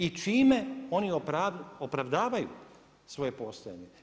I čime oni opravdavaju svoje postojanje?